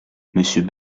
monsieur